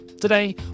Today